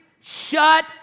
shut